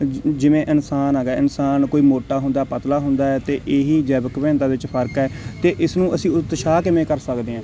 ਜਿ ਜਿਵੇਂ ਇਨਸਾਨ ਹੈਗਾ ਇਨਸਾਨ ਕੋਈ ਮੋਟਾ ਹੁੰਦਾ ਪਤਲਾ ਹੁੰਦਾ ਅਤੇ ਇਹ ਹੀ ਜੈਵਿਕ ਵਿਭਿੰਨਤਾ ਵਿੱਚ ਫ਼ਰਕ ਹੈ ਅਤੇ ਇਸ ਨੂੰ ਅਸੀਂ ਉਤਸ਼ਾਹ ਕਿਵੇਂ ਕਰ ਸਕਦੇ ਹਾਂ